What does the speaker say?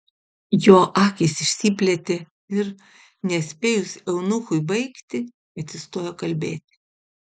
jo akys išsiplėtė ir nespėjus eunuchui baigti atsistojo kalbėti